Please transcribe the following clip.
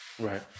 right